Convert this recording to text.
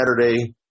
Saturday